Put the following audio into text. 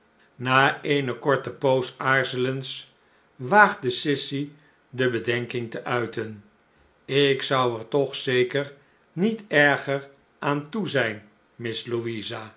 na eene korte poos aarzelens waagde sissy de bedenking te uiten ik zou er toch zeker niet erger aan toe zijn miss